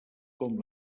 com